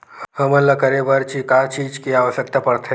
हमन ला करे बर का चीज के आवश्कता परथे?